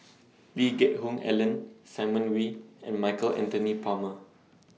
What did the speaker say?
Lee Geck Hoon Ellen Simon Wee and Michael Anthony Palmer